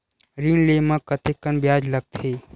ऋण ले म कतेकन ब्याज लगथे?